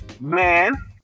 Man